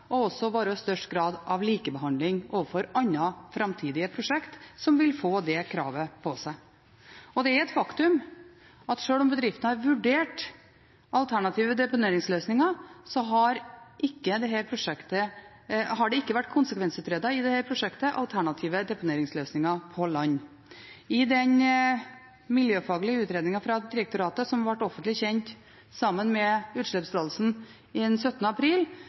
og også ha størst grad av likebehandling overfor andre framtidige prosjekt som vil få det kravet på seg. Det er et faktum at sjøl om bedriften har vurdert alternative deponeringsløsninger, har det ikke vært konsekvensutredet i dette prosjektet alternative deponeringsløsninger på land. I den miljøfaglige utredningen fra direktoratet, som ble offentlig kjent sammen med utslippstillatelsen den 17. april,